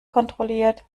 kontrolliert